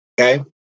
Okay